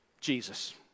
Jesus